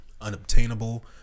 unobtainable